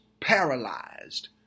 paralyzed